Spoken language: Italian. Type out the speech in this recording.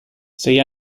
sei